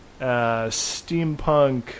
steampunk